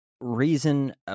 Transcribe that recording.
reason